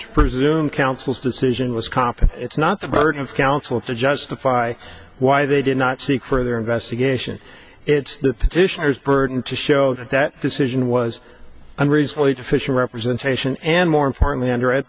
to presume council's decision was comp and it's not the burden of counsel to justify why they did not seek further investigation it's the petitioners burden to show that that decision was unreasonably deficient representation and more importantly under at